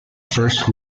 first